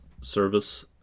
service